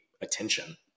attention